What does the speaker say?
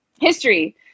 history